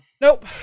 Nope